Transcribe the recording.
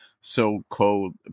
so-called